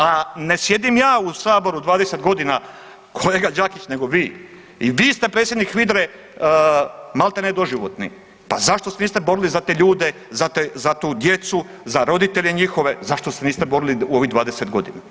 A ne sjedim ja u saboru 20 godina kolega Đakić nego vi i vi ste predsjednik HVIDR-e maltene doživotni pa zašto se niste borili za te ljude, za tu djecu, za roditelje njihove, zašto se niste borili u ovih 20 godina.